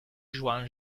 juan